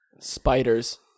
Spiders